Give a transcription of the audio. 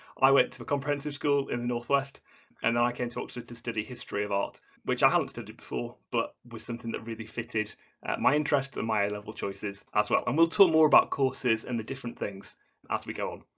i went to a comprehensive school in the north west and then i came to oxford to study history of art, which i hadn't studied before but was something that really fitted my interests and my a level choices as well and we'll talk more about courses and the different things as we go on.